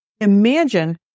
Imagine